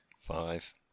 Five